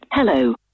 Hello